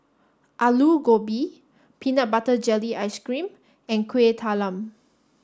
Aloo Gobi Peanut Butter Jelly Ice Cream and Kueh Talam